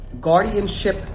guardianship